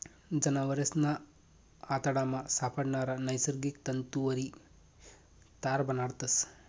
जनावरेसना आतडामा सापडणारा नैसर्गिक तंतुवरी तार बनाडतस